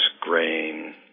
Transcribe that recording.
grain